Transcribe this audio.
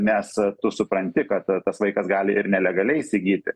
nes tu supranti kad tas vaikas gali ir nelegaliai įsigyti